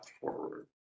forward